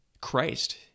Christ